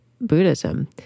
Buddhism